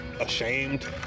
ashamed